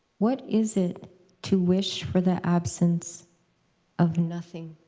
what is it to wish for the absence of nothing?